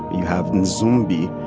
you have nsumbi,